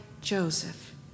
Joseph